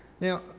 Now